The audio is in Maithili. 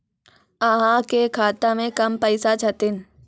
अहाँ के खाता मे कम पैसा छथिन?